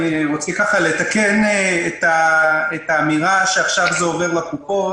אני רוצה לתקן את האמירה שעכשיו זה עובר לקופות.